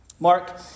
Mark